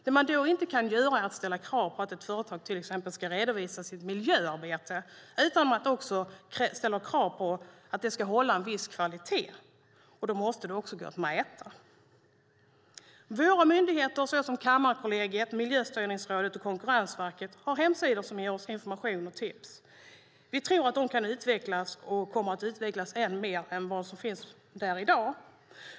Det man då inte kan göra är att ställa krav på att ett företag till exempel ska redovisa sitt miljöarbete utan att också ställa krav på att det ska hålla en viss kvalitet, och då måste det också gå att mäta. Myndigheter såsom Kammarkollegiet, Miljöstyrningsrådet och Konkurrensverket har hemsidor som ger information och tips. Vi tror att de kan utvecklas och kommer att utvecklas ännu mer.